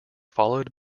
followed